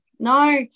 No